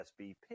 SBP